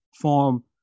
form